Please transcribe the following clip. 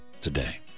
today